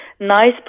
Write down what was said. nice